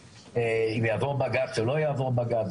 אם זה יעבור בג"צ או לא יעבור בג"צ,